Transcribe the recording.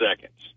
seconds